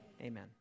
Amen